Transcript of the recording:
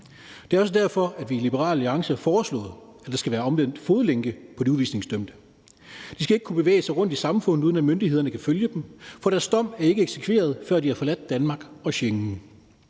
Det er også derfor, at vi i Liberal Alliance har foreslået, at der skal være omvendt fodlænke på de udvisningsdømte. De skal ikke kunne bevæge sig rundt i samfundet, uden at myndighederne kan følge dem, for deres dom er ikke eksekveret, før de har forladt Danmark og Schengen.